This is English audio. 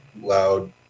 loud